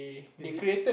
is it